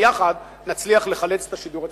ביחד נצליח לחלץ את השידור הציבורי.